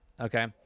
Okay